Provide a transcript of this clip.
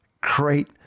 create